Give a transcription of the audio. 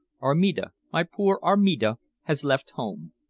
armida my poor armida has left home.